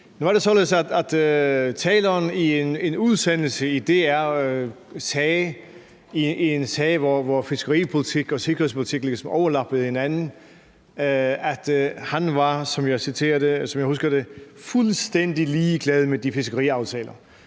Nu er det således, at ordføreren i en udsendelse i DR om en sag, hvor fiskeripolitik og sikkerhedspolitik ligesom overlappede hinanden, sagde, at han var – som jeg husker det – fuldstændig ligeglad med de fiskeriaftaler.